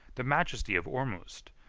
the majesty of ormusd,